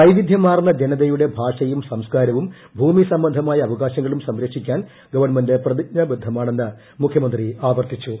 വൈവിധ്യമാർന്ന ജനതയുടെ ഭാഷയും സംസ്കാരവും ഭൂമിസംബന്ധമായ അവകാശങ്ങളും സംരക്ഷിക്കാൻ ഗവൺമെന്റ് പ്രതിജ്ഞാബദ്ധമാണെന്ന് മുഖ്യമന്ത്രി ആവർത്തിച്ചു